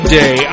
day